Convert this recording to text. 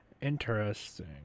Interesting